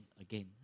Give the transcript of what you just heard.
again